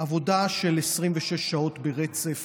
עבודה של 26 שעות ברצף